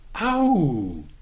ow